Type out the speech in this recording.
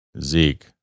Zeke